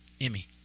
Emmy